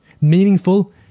meaningful